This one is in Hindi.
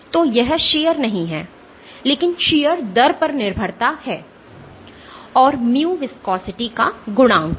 तो यह शीयर नहीं है लेकिन शीयर दर पर निर्भरता है और mu viscosity का गुणांक है